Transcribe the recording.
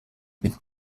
mit